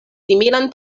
similan